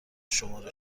شماره